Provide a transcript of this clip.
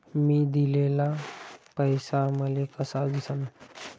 मी दिलेला पैसा मले कसा दिसन?